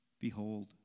Behold